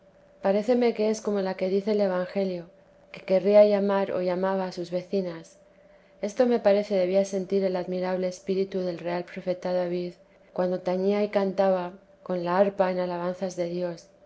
gozar paréceme que es como la que dice el evangelio que quería llamar o llamaba a sus vecinas esto me parece debía sentir el admirable espíritu del real profeta david cuando tañía y cantaba con la arpa en alabanzas de dios